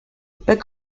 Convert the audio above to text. but